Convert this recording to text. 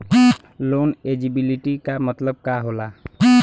Loan eligibility का मतलब का होला?